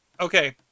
Okay